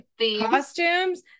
costumes